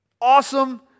awesome